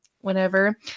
Whenever